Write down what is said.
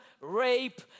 rape